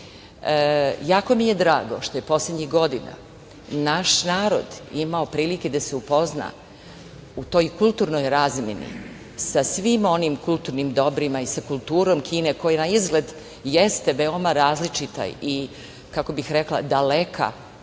mi je drago što je poslednjih godina naš narod imao prilike da se upozna u toj kulturnoj razmeni sa svim onim kulturnim dobrima i sa kulturom Kine, koja na izgled jeste veoma različita, kako bih rekla, daleka